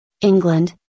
England